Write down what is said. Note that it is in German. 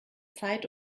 zeit